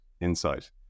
Insight